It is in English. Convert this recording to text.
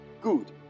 Good